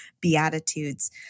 Beatitudes